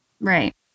Right